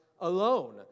alone